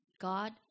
God